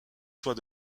soit